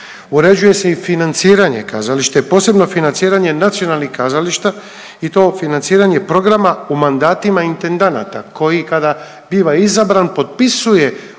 uređuje se i financiranje kazališta, posebno financiranje nacionalnih kazališta i to financiranje programa u mandatima intendanata koji kada biva izabran potpisuje ugovor